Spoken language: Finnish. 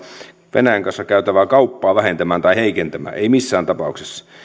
venäjän kanssa käytävää kauppaa vähentämään tai heikentämään ei missään tapauksessa